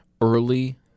early